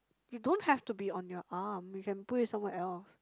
you don't have to be on your arm you can put it somewhere else